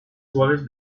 suaves